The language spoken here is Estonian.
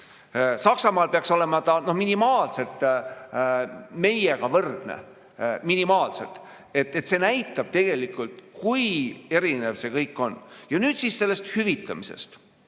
Saksamaal peaks see olema minimaalselt meiega võrdne, minimaalselt. See näitab tegelikult, kui erinev see kõik on. Ja nüüd siis sellest hüvitamisest.